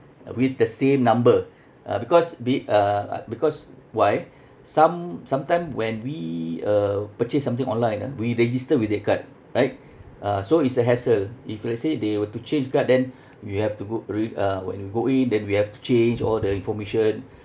with the same number uh because be~ uh uh because why some~ sometime when we uh purchase something online ah we register with that card right uh so it's a hassle if let's say they were to change card then we have to book re~ uh when we go in then we have to change all the information